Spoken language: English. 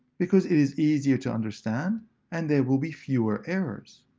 because it is easier to understand and there will be fewer errors.